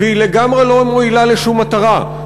והיא לגמרי לא מועילה לשום מטרה.